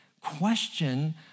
question